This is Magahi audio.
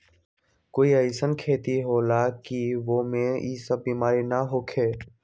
कोई अईसन खेती होला की वो में ई सब बीमारी न होखे?